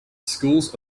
schools